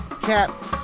Cap